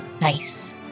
Nice